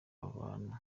abantu